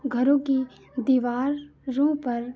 घरों की दीवारों पर